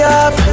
up